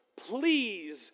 please